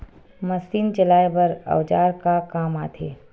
Machine चलाए बर औजार का काम आथे?